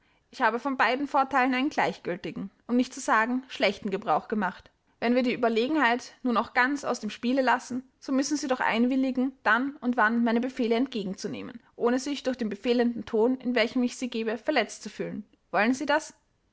ich habe von beiden vorteilen einen gleichgiltigen um nicht zu sagen schlechten gebrauch gemacht wenn wir die überlegenheit nun auch ganz aus dem spiele lassen so müssen sie doch einwilligen dann und wann meine befehle entgegen zu nehmen ohne sich durch den befehlenden ton in welchem ich sie gebe verletzt zu fühlen wollen sie das